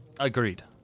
Agreed